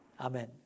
Amen